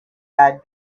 eyed